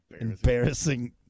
embarrassing